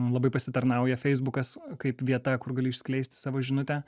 labai pasitarnauja feisbukas kaip vieta kur gali išskleisti savo žinutę